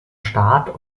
staat